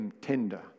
tender